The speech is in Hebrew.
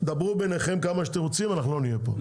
דברו ביניכם כמה שאתם רוצים אנחנו לא נהיה פה,